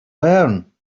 learn